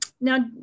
Now